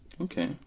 Okay